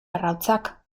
arrautzak